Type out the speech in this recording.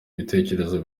ibitekerezo